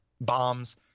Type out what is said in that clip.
bombs